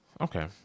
Okay